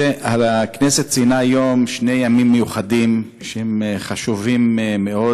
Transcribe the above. הכנסת ציינה היום שני ימים מיוחדים שהם חשובים מאוד: